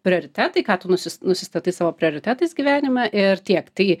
prioritetai ką tu nusis nusistatai savo prioritetais gyvenime ir tiek tai